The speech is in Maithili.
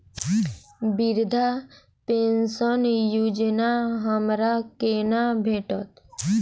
वृद्धा पेंशन योजना हमरा केना भेटत?